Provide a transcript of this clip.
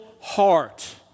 heart